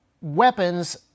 Weapons